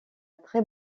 très